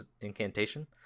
Incantation